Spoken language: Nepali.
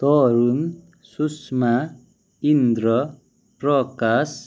तरुण सुषमा इन्द्र प्रकाश